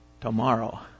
tomorrow